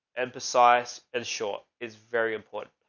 emphasize and short is very important.